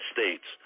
States